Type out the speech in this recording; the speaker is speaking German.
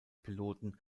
piloten